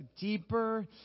deeper